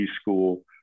school